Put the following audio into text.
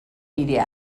media